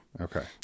Okay